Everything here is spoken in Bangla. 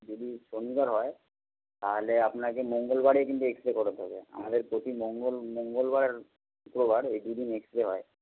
যদি শনিবার হয় তাহলে আপনাকে মঙ্গলবারেই কিন্তু এক্স রে করাতে হবে আমাদের প্রতি মঙ্গল মঙ্গলবার আর শুক্রবার এই দুইদিন এক্স রে হয়